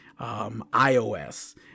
iOS